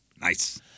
Nice